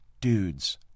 Dudes